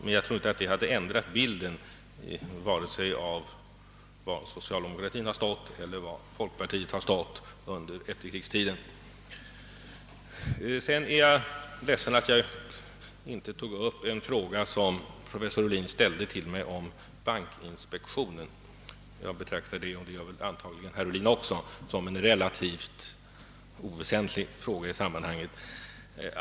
Men jag tror inte att det hade ändrat bilden av vare sig var socialdemokratin stått eller var folkpartiet stått under efterkrigstiden. Jag är ledsen att jag inte tog upp den fråga som professor Ohlin ställde till mig om bankinspektionen. Jag betraktar det — och det gör väl antagligen herr Ohlin också — som en relativt oväsentlig fråga i sammanhanget.